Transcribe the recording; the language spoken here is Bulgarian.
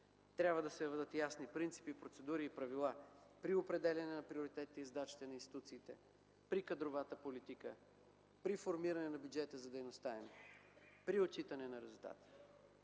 Трябва да се въведат ясни принципи, процедури и правила при определяне на приоритетите и задачите на институциите, при кадровата политика, при формиране на бюджет за дейността им, при отчитане на резултатите.